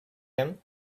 him